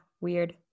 weird